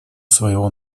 своего